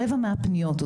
רבע מהפניות,